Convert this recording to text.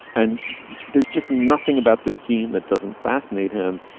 and there's just nothing about this scene that doesn't fascinate him.